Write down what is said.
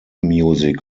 music